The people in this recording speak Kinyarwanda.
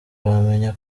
wamenya